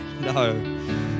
No